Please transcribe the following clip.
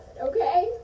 okay